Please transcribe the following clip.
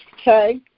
Okay